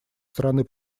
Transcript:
стороны